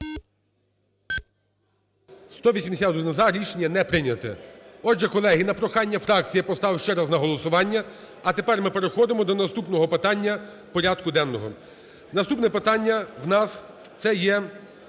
За-181 Рішення не прийнято. Отже, колеги, на прохання фракцій я поставив ще раз на голосування. А тепер ми переходимо до наступного питання порядку денного. Наступне питання в нас, це є